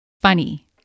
funny